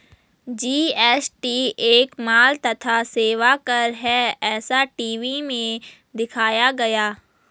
GST एक माल तथा सेवा कर है ऐसा टी.वी में दिखाया गया